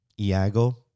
Iago